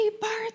birthday